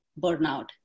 burnout